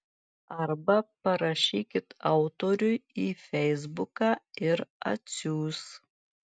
arba parašykit autoriui į feisbuką ir atsiųs